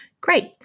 Great